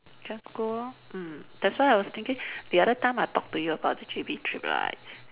just go lor mm that's why I was thinking the other time I talked to you about the J_B trip right